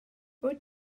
wyt